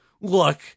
look